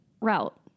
Route